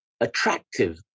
attractive